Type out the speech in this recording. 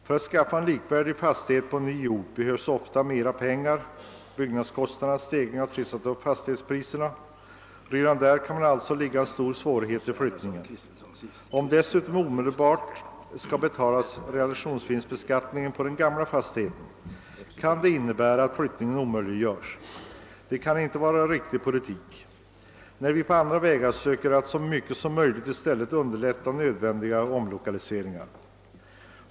För att skaffa en likvärdig fastighet på en ny ort behövs ofta mera pengar, eftersom byggnadskostnadernas stegring har trissat upp fastighetspriserna. Bara detia kan orsaka stora svårigheter vid flyttningen. Om man dessutom omedelbart skall betala realisationsvinstskatt på den gamla fastigheten, så kan det innebära att flyttningen omöjliggörs. Det kan inte vara en riktig politik, speciellt som vi ju på andra vägar försöker att så mycket som möjligt underlätta nödvändiga omlokaliseringar.